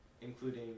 including